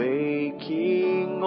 Waking